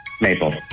Maple